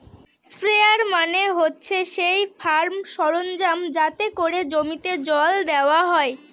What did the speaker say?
sprayer মানে হচ্ছে সেই ফার্ম সরঞ্জাম যাতে করে জমিতে জল দেওয়া হয়